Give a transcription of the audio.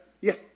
Yes